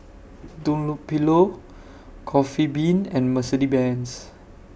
Dunlopillo Coffee Bean and Mercedes Benz